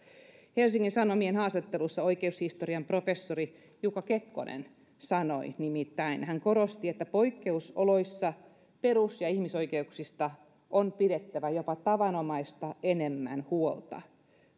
helsingin sanomien haastattelussa oikeushistorian professori jukka kekkonen sanoi nimittäin hän korosti että poikkeusoloissa perus ja ihmisoikeuksista on pidettävä jopa tavanomaista enemmän huolta